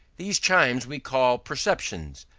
these chimes we call perceptions,